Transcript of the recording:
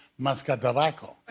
Mascatabaco